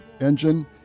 engine